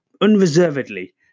unreservedly